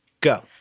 go